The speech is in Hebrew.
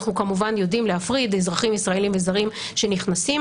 אנחנו כמובן יודעים להפריד אזרחים ישראלים וזרים שנכנסים.